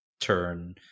turn